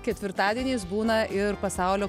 ketvirtadieniais būna ir pasaulio